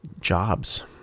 jobs